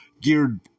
geared